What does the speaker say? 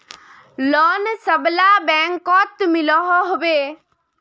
Loan सबला बैंकोत मिलोहो होबे?